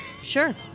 Sure